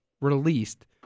released